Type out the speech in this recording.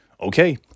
Okay